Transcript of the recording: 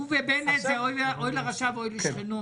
הוא ובנט זה "אוי לרשע ואוי לשכנו",